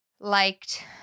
liked